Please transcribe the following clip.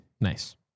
Nice